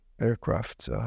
aircraft